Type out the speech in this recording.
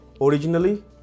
Originally